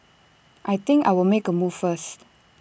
I think I'll make A move first